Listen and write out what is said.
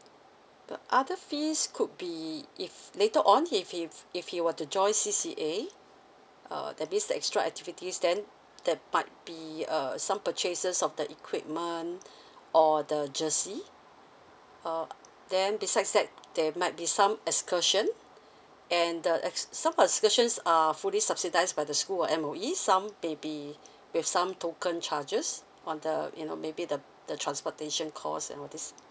the other fees could be if later on if he if he were to join C_C_A uh that means the extra activities then that might be uh some purchases of the equipment or the jersey uh then besides that there might be some excursion and the ex~ some excursions are fully subsidized by the school or M_O_E some maybe with some token charges on the you know maybe the the transportation cost and all these